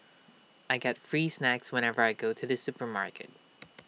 I get free snacks whenever I go to the supermarket